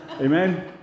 Amen